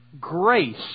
grace